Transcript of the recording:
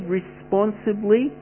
responsibly